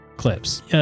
Clips